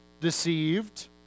deceived